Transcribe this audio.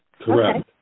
Correct